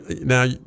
Now